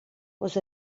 was